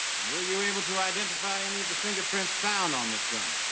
and were you able to identify any of the fingerprints found on this gun?